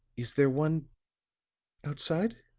is there one outside?